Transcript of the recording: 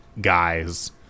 guys